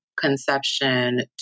conception